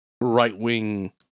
right-wing